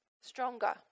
stronger